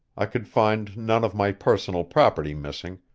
i could find none of my personal property missing,